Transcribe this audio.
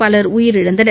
பலர் உயிரிழந்தனர்